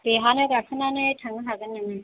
बेहानो गाखोनानै थांनो हागोन नोङो